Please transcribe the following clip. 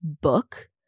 book